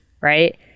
right